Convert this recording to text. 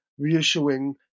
reissuing